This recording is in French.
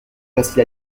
faciles